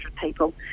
people